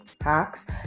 hacks